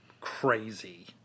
crazy